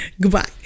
goodbye